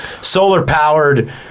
solar-powered